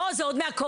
בוא זה עוד מהקורונה,